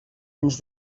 ens